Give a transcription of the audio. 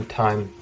time